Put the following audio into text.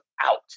out